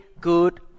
good